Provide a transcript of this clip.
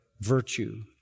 virtue